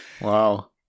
Wow